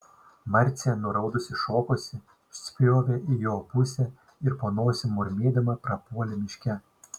marcė nuraudusi šokosi spjovė į jo pusę ir po nosim murmėdama prapuolė miške